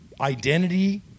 identity